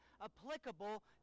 applicable